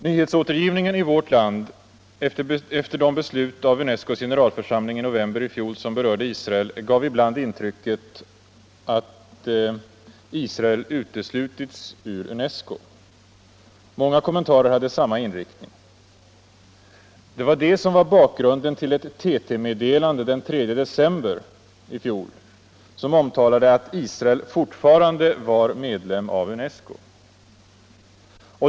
Nyhetsåtergivningen i vårt land efter de beslut av UNESCO:s generalförsamling i november i fjol som berörde Israel gav ibland intrycket att Israel uteslutits ur UNESCO. Många kommentarer hade samma inriktning. Det var det som var bakgrunden till ett TT-meddelande den 3 december i fjol där det omtalades att Israel fortfarande var medlem av UNESCO.